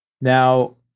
Now